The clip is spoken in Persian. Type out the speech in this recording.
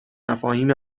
مفاهیم